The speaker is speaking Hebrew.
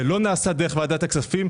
זה לא נעשה דרך ועדת הכספים,